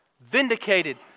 vindicated